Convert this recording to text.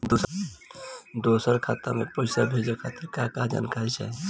दूसर खाता में पईसा भेजे के खातिर का का जानकारी चाहि?